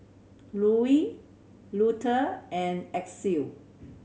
Louie Luther and Axel